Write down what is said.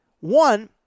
one